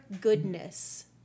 goodness